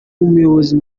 umuyobozi